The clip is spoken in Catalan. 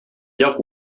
lloc